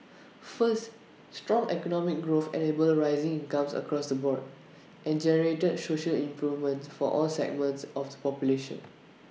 first strong economic growth enabled rising incomes across the board and generated social improvements for all segments of the population